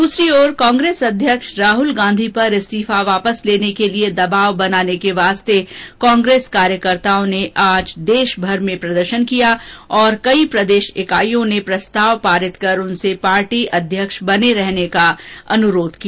दूसरी ओर कांग्रेस अध्यक्ष राहुल गांधीपर इस्तीफा वापस लेने क लिए दबाव बनाने के वास्ते कांग्रेस कार्यकर्ताओं ने बुधवार को देशमर में प्रदर्शन किया और कई प्रदेश इकाइयों ने प्रस्ताव पारित कर उनसे पार्टी अध्यक्ष बने रहने का अनुरोध किया